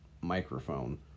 microphone